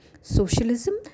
Socialism